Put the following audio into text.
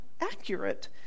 accurate